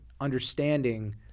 understanding